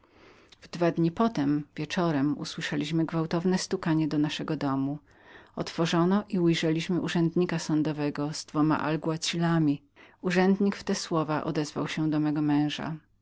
dwa dni potem wieczorem usłyszeliśmy gwałtowne stukanie do naszego domu otworzono i ujrzeliśmy urzędnika sądowego z dwoma alguazilami urzędnik w te słowa odezwał się do mego męża